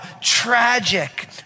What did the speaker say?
tragic